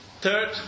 Third